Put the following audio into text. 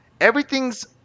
everything's